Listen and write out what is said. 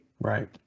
Right